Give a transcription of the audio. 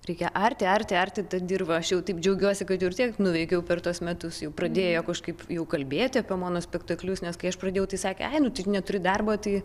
reikia arti arti arti tą dirvą aš jau taip džiaugiuosi kad jau tiek nuveikiau per tuos metus jau pradėjo kažkaip jau kalbėti apie mono spektaklius nes kai aš pradėjau tai sakė ai nu tik neturi darbo tai